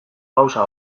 gauza